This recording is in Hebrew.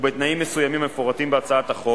ובתנאים מסוימים המפורטים בהצעת החוק,